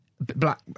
black